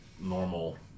normal